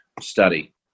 study